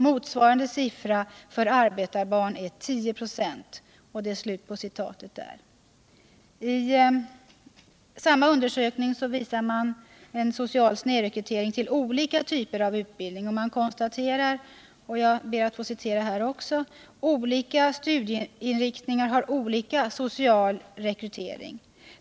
Motsvarande siffra för arbetarbarn är ca 10 96.” I samma undersökning påvisas den sociala snedrekryteringen till olika typer av utbildning: ”Olika studieinriktningar har olika social rekrytering.